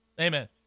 Amen